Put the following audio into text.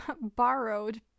borrowed